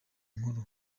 nkuru